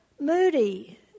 Moody